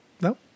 no